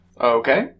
Okay